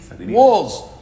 walls